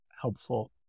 helpful